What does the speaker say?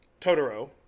Totoro